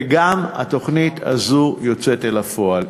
וגם התוכנית הזאת יוצאת אל הפועל,